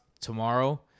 tomorrow